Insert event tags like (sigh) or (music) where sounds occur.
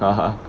(laughs)